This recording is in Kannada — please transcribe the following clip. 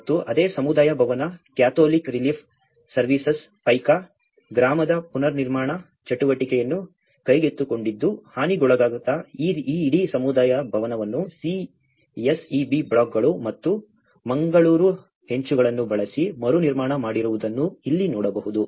ಮತ್ತು ಅದೇ ಸಮುದಾಯ ಭವನ ಕ್ಯಾಥೋಲಿಕ್ ರಿಲೀಫ್ ಸರ್ವಿಸಸ್ ಪೈಕಾ ಗ್ರಾಮದ ಪುನರ್ನಿರ್ಮಾಣ ಚಟುವಟಿಕೆಯನ್ನು ಕೈಗೆತ್ತಿಕೊಂಡಿದ್ದು ಹಾನಿಗೊಳಗಾದ ಈ ಇಡೀ ಸಮುದಾಯ ಭವನವನ್ನು CSEB ಬ್ಲಾಕ್ಗಳು ಮತ್ತು ಮಂಗಳೂರು ಹೆಂಚುಗಳನ್ನು ಬಳಸಿ ಮರುನಿರ್ಮಾಣ ಮಾಡಿರುವುದನ್ನು ಇಲ್ಲಿ ನೋಡಬಹುದು